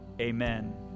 amen